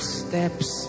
steps